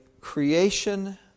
creation